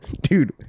Dude